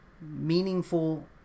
meaningful